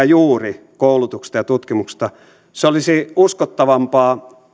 juuri koulutuksesta ja tutkimuksesta olisi uskottavampi